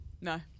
No